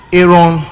Aaron